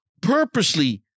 purposely